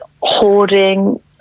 hoarding